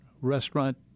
restaurant